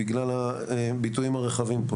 בגלל הביטויים הרחבים.